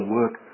work